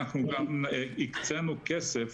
הקצנו גם כסף